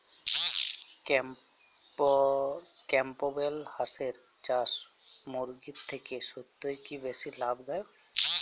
Campbell হাঁসের চাষ মুরগির থেকে সত্যিই কি বেশি লাভ দায়ক?